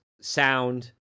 sound